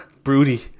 Broody